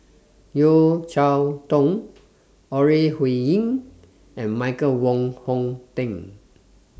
Yeo Cheow Tong Ore Huiying and Michael Wong Hong Teng